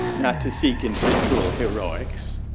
not to seek individual heroics.